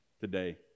today